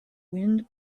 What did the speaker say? wind